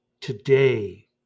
Today